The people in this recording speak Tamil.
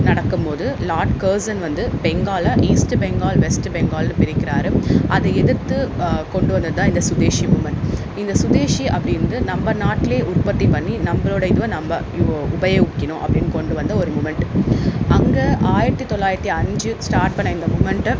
நடக்கும் போது லாட் கேர்ஷன் வந்து பெங்காலை ஈஸ்ட்டு பெங்கால் வெஸ்ட்டு பெங்கால்னு பிரிக்கிறார் அதை எதிர்த்து கொண்டு வந்தது தான் இந்த சுதேசி மூமெண்ட் இந்த சுதேசி அப்படிந்து நம்ம நாட்டிலே உற்பத்தி பண்ணி நம்மளுடைய இதுவை நம்ம யுவ உபயோகிக்கணும் அப்படின் கொண்டு வந்த ஒரு மூமெண்ட் அங்கே ஆயிரத்து தொள்ளாயிரத்தி அஞ்சு ஸ்டார்ட் பண்ண இந்த மூமெண்ட்டை